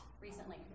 recently